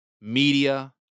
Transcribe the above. media